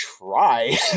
try